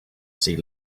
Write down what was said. sea